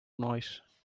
noise